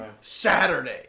Saturday